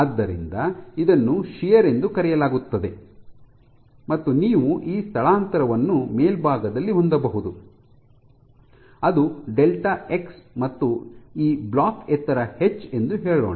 ಆದ್ದರಿಂದ ಇದನ್ನು ಶಿಯರ್ ಎಂದು ಕರೆಯಲಾಗುತ್ತದೆ ಮತ್ತು ನೀವು ಈ ಸ್ಥಳಾಂತರವನ್ನು ಮೇಲ್ಭಾಗದಲ್ಲಿ ಹೊಂದಬಹುದು ಅದು ಡೆಲ್ಟಾ ಎಕ್ಸ್ ಮತ್ತು ಈ ಬ್ಲಾಕ್ ಎತ್ತರ ಎಚ್ ಎಂದು ಹೇಳೋಣ